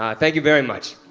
ah thank you very much.